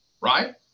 Right